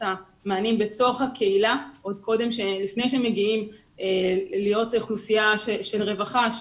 המענים בתוך הקהילה לפני שהם מגיעים להיות אוכלוסייה של רווחה,